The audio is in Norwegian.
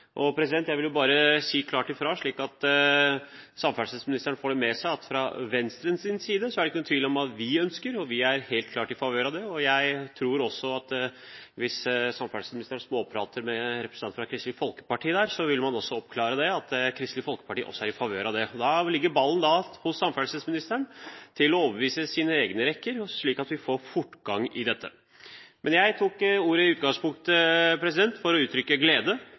Jeg vil bare si klart fra om – slik at samferdselsministeren får det med seg – at det fra Venstres side ikke er noen tvil om hva vi ønsker. Vi ønsker helt klart det. Hvis samferdselsministeren småprater med representanter fra Kristelig Folkeparti, tror jeg man vil få klargjort at også Kristelig Folkeparti ønsker det. Da ligger ballen hos samferdselsministeren, nemlig å få overbevist sine egne rekker, slik at vi får fortgang i dette. Jeg tok i utgangspunktet ordet for å uttrykke glede